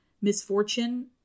misfortune